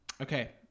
okay